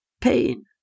pain